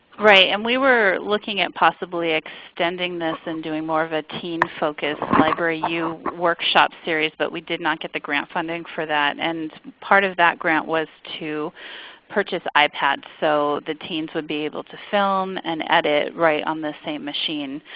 right. and we were looking at possibly extending this and doing more of a teen focused libraryyou workshop series, but we did not get the grant funding for that. and part of that grant was to purchase ipads, so the teens would be able to film and edit right on the same machine.